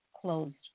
closed